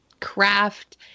craft